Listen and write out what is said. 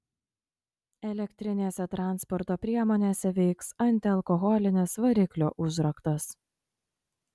elektrinėse transporto priemonėse veiks antialkoholinis variklio užraktas